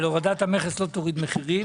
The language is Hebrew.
אבל הורדת המכס לא תוריד מחירים.